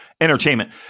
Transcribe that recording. entertainment